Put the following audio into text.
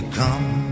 come